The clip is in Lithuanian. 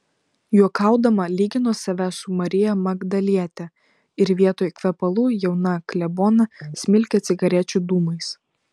juokaudama lygino save su marija magdaliete ir vietoj kvepalų jauną kleboną smilkė cigarečių dūmais